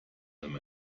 allem